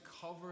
cover